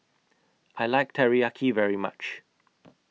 I like Teriyaki very much